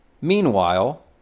Meanwhile